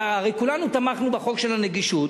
והרי כולנו תמכנו בחוק של הנגישות,